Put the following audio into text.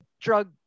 drug